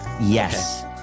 yes